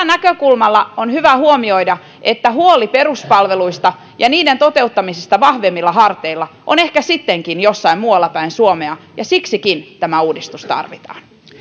näkökulmasta on hyvä huomioida että huoli peruspalveluista ja niiden toteuttamisesta vahvemmilla harteilla on ehkä sittenkin jossain muualla päin suomea ja siksikin tämä uudistus tarvitaan